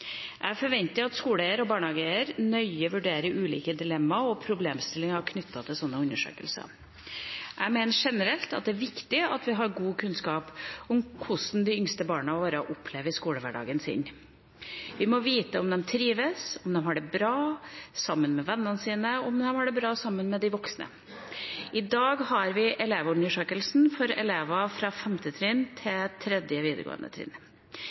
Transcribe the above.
Jeg forventer at skoleeiere og barnehageeiere nøye vurderer ulike dilemmaer og problemstillinger knyttet til slike undersøkelser. Jeg mener generelt at det er viktig at vi har god kunnskap om hvordan de yngste barna opplever skolehverdagen. Vi må vite om de trives, og om de har det bra sammen med venner og de voksne. I dag har vi Elevundersøkelsen, hvor elever fra 5. trinn